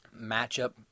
Matchup